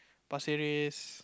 Pasir Ris